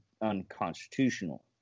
unconstitutional